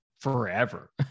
forever